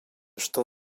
что